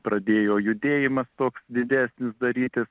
pradėjo judėjimas toks didesnis darytis